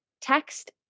text